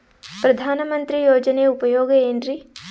ಪ್ರಧಾನಮಂತ್ರಿ ಯೋಜನೆ ಉಪಯೋಗ ಏನ್ರೀ?